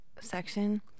section